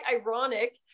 ironic